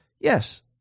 Yes